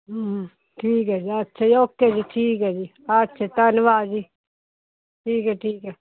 ਹਮ ਠੀਕ ਹੈ ਜੀ ਅੱਛਾ ਓਕੇ ਜੀ ਠੀਕ ਹੈ ਜੀ ਓਕੇ ਧੰਨਵਾਦ ਜੀ ਠੀਕ ਹੈ ਠੀਕ ਹੈ